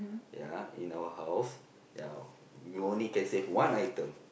ya in our house ya you only can save one item